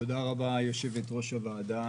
תודה רבה ליושבת-ראש הוועדה.